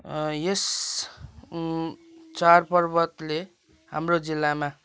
यस चाड पर्वतले हाम्रो जिल्लामा